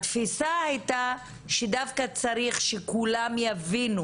התפיסה הייתה שדווקא צריך שכולם יבינו